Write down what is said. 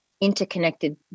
interconnected